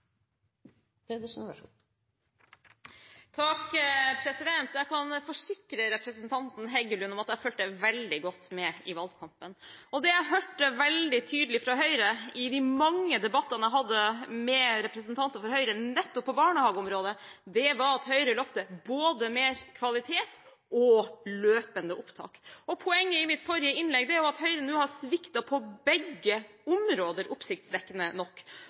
Jeg kan forsikre representanten Heggelund om at jeg fulgte veldig godt med i valgkampen, og det jeg hørte veldig tydelig fra Høyre i de mange debattene jeg hadde med representanter fra Høyre nettopp på barnehageområdet, var at Høyre lovte både mer kvalitet og løpende opptak. Poenget i mitt forrige innlegg var at Høyre nå har sviktet på begge områder, oppsiktsvekkende nok.